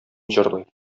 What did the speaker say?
җырлый